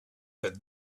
but